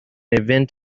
event